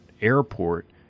airport